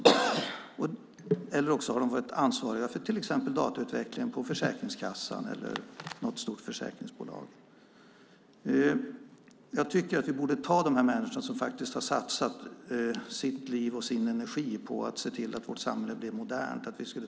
De kan också ha varit ansvariga för datautvecklingen på Försäkringskassan eller något stort försäkringsbolag. Jag tycker att vi borde lyssna på den kunskap de människorna har som har satsat sitt liv och sin energi på att se till att vårt samhälle blev modernt.